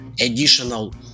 additional